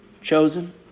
chosen